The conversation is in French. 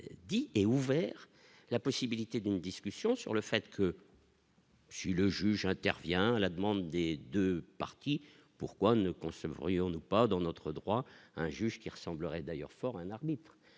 dit et ouvert la possibilité d'une discussion sur le fait que. Si le juge intervient à la demande des 2 parties, pourquoi ne consomme ferions-nous pas dans notre droit, un juge qui ressemblerait d'ailleurs fort un harnais.